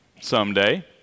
someday